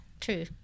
True